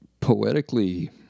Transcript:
poetically